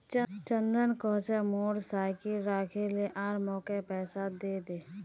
चंदन कह छ मोर साइकिल राखे ले आर मौक पैसा दे दे